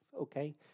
okay